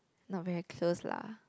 not very close lah